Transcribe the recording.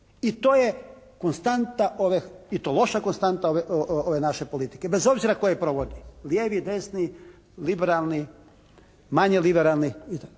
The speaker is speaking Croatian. I to je konstanta ove i to loša konstanta ove naše politike. Bez obzira tko je provodi, lijevi, desni, liberalni, manje liberalni itd.